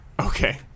Okay